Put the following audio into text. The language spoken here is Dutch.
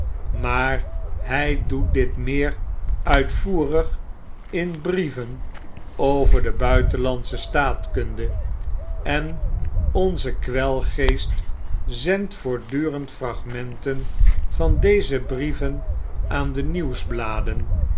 maar hy doetditmeer uitvoerig in brieven over de buitenlandsche staatkunde en onze kwelgeest zendt voorfedurend fragmenten van deze brieven aan de